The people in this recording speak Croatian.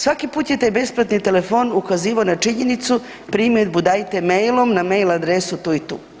Svaki put je taj besplatni telefon ukazivao na činjenicu primjedbu dajte mailom na mail adresu tu i tu.